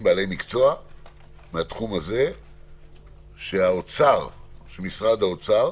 בעלי מקצוע מן התחום הזה שמשרד האוצר